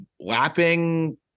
lapping